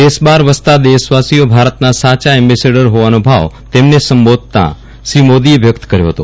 દેશ બહાર વસતા દેશવાસીઓ ભારતના સાચા એમ્બેસેન્ડર ફોવાનો ભાવ તેમને સંબોધતા શ્રી મોદીએ વ્યક્ત કર્યો ફતો